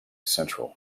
central